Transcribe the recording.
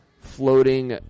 floating